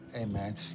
amen